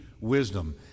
wisdom